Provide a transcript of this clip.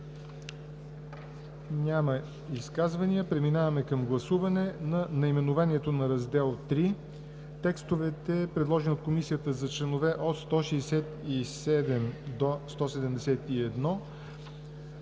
Няма изказвания. Преминаваме към гласуване на наименованието на Раздел III, текстовете, предложени от Комисията, за членове от 167 до 171,